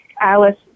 Alice